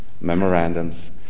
memorandums